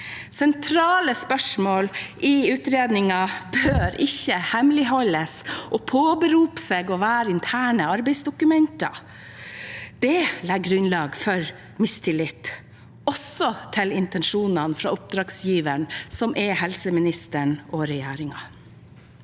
Sentrale spørsmål i utredningen bør ikke hemmeligholdes og påberopes å være interne arbeidsdokumenter. Det legger grunnlag for mistillit, også til intensjonene fra oppdragsgiveren, som er helseministeren og regjeringen.